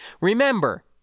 Remember